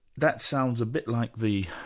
that sounds a bit like the,